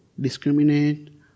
Discriminate